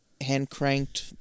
hand-cranked